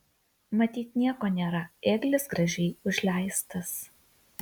matyt nieko nėra ėglis gražiai užleistas